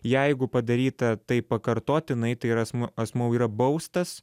jeigu padaryta tai pakartotinai tai yra asmuo asmuo jau yra baustas